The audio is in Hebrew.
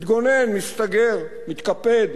מתגונן, מסתגר, מתקפד.